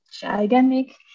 gigantic